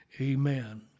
amen